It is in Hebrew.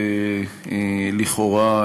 לכאורה,